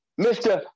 Mr